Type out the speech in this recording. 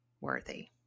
worthy